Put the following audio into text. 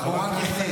הוא רק הכניס.